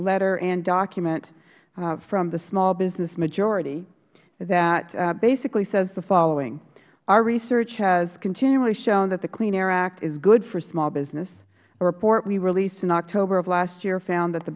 letter and document from the small business majority that basically says the following our research has continually shown that the clean air act is good for small business the report we released in october of last year found that the